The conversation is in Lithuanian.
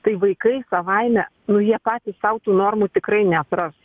tai vaikai savaime nu jie patys sau tų normų tikrai neatras